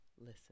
listen